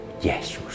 Jesus